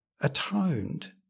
Atoned